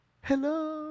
Hello